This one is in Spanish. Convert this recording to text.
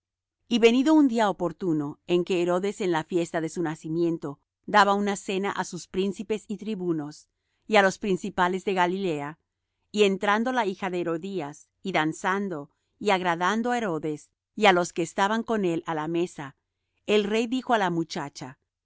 y venido un día oportuno en que herodes en la fiesta de su nacimiento daba una cena á sus príncipes y tribunos y á los principales de galilea y entrando la hija de herodías y danzando y agradando á herodes y á los que estaban con él á la mesa el rey dijo á la muchacha